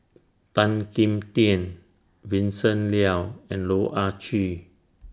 Tan Kim Tian Vincent Leow and Loh Ah Chee